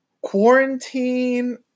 Quarantine